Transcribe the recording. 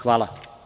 Hvala.